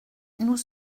nous